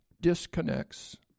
disconnects